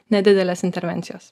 nedidelės intervencijos